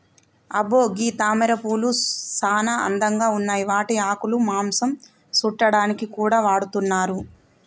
అబ్బో గీ తామరపూలు సానా అందంగా ఉన్నాయి వాటి ఆకులు మాంసం సుట్టాడానికి కూడా వాడతున్నారు